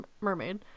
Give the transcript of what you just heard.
mermaid